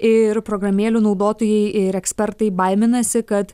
ir programėlių naudotojai ir ekspertai baiminasi kad